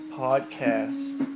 podcast